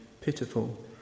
pitiful